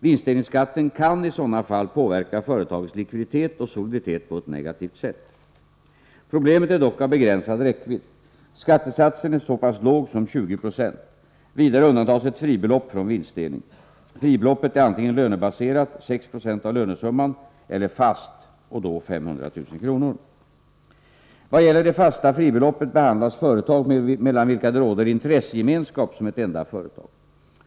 Vinstdelningsskatten kan i sådana fall påverka företagets likviditet och soliditet på ett negativt sätt. Problemet är dock av begränsad räckvidd. Skattesatsen är så pass låg som 2096. Vidare undantas ett fribelopp från vinstdelning. Fribeloppet är antingen lönebaserat eller fast . Vad gäller det fasta fribeloppet behandlas företag mellan vilka det råder intressegemenskap som ett enda företag.